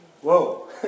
Whoa